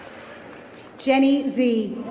jenny zi.